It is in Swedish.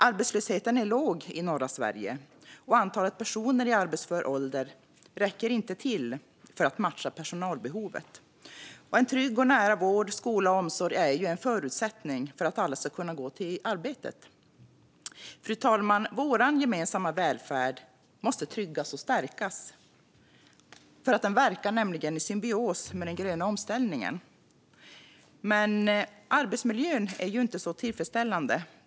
Arbetslösheten är låg i norra Sverige, och antalet personer i arbetsför ålder räcker inte till för att matcha personalbehovet. En trygg och nära vård, skola och omsorg är ju en förutsättning för att alla ska kunna gå till arbetet. Fru talman! Vår gemensamma välfärd måste tryggas och stärkas, för den verkar i symbios med den gröna omställningen. Men arbetsmiljön är ju inte så tillfredsställande.